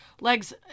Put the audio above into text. Legs